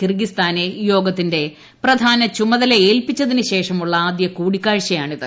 കിർഗിസ്ഥാനെ യോഗത്തിന്റെ പ്രധാന ചുമതല ഏൽപ്പിച്ചതിന് ശേഷമുളള ആദ്യ കൂടിക്കാഴ്ചയാണിത്